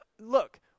Look